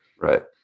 Right